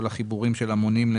כל החיבורים של המונים,